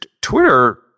Twitter